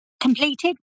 completed